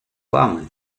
вами